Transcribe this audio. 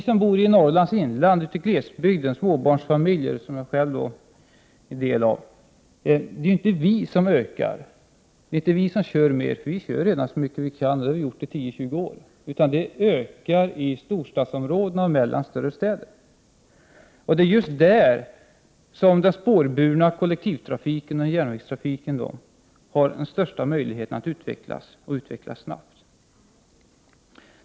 Det är inte vi småbarnsfamiljer i Norrlands inland som kör mer — vi kör redan så mycket vi kan, och det har vi gjort i tio tjugo år — utan det är i storstadsområdena och mellan större städer som trafiken ökar. Och det är just där som den spårburna kollektivtrafiken och järnvägstrafiken har den största möjligheten att utvecklas och utvecklas snabbt.